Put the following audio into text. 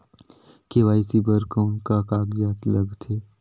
KYC बर कौन का कागजात लगथे?